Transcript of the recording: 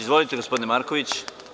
Izvolite gospodine Marković.